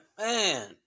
man